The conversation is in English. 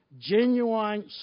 genuine